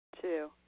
Two